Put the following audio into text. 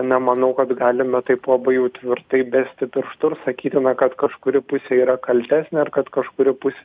nemanau kad galime taip labai jau tvirtai besti pirštu ir sakyti na kad kažkuri pusė yra kaltesnė ar kad kažkuri pusė